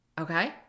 Okay